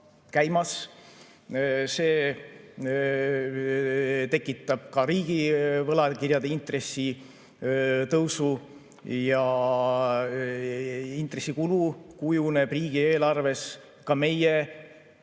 tekitab ka riigi võlakirjade intresside tõusu ja intressikulu kujuneb riigieelarves ka meie